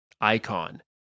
icon